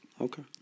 Okay